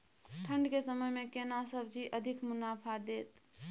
ठंढ के समय मे केना सब्जी अधिक मुनाफा दैत?